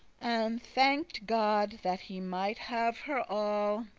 and thanked god, that he might have her all,